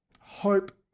hope